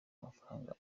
amafaranga